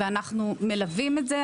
ואנחנו מלווים את זה.